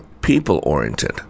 people-oriented